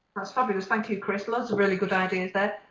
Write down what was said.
that's fabulous. thank you chris, loads of really good ideas there.